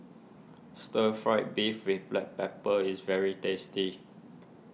Stir Fry Beef with Black Pepper is very tasty